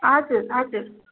हजुर हजुर